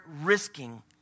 risking